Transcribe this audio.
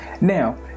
Now